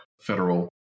federal